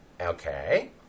Okay